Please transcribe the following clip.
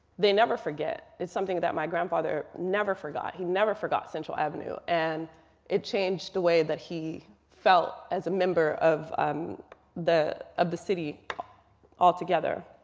they never forget. it's something that my grandfather never forgot. he never forgot central avenue. and it changed the way that he felt as a member of um the of the city altogether.